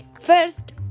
First